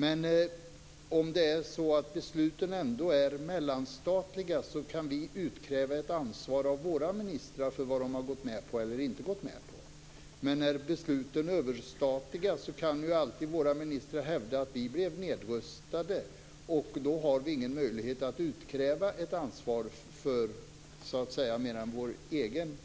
Men om besluten är mellanstatliga kan vi utkräva ett ansvar av våra ministrar för vad de har gått med på eller inte gått med på. Men är besluten överstatliga kan alltid våra ministrar hävda att de blev nedröstade. Då har vi ingen möjlighet att utkräva ett ansvar för mer än vår egen